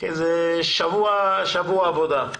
זה שבוע עבודה.